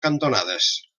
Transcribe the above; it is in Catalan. cantonades